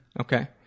Okay